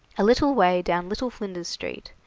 a little way down little flinders street,